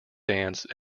dance